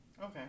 Okay